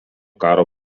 karo